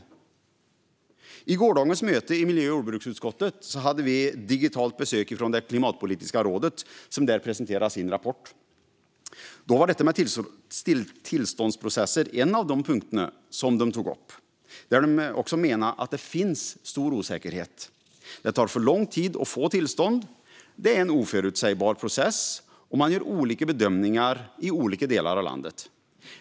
Vid gårdagens möte i miljö och jordbruksutskottet fick vi digitalt besök av Klimatpolitiska rådet, som presenterade sin rapport. Tillståndsprocesser var en av punkterna de tog upp. De menar också att det finns en stor osäkerhet. Det tar för lång tid att få tillstånd, det är en oförutsägbar process och man gör olika bedömningar i olika delar av landet.